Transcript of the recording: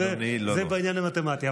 זה בעניין המתמטי.